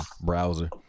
browser